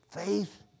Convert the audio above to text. Faith